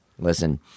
Listen